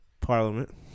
Parliament